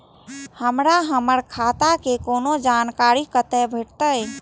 हमरा हमर खाता के कोनो जानकारी कतै भेटतै?